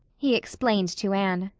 he explained to anne.